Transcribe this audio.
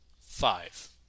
five